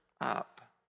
up